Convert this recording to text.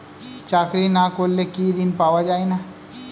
চাকরি না করলে কি ঋণ পাওয়া যায় না?